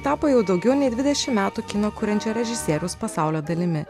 tapo jau daugiau nei dvidešimt metų kino kuriančio režisieriaus pasaulio dalimi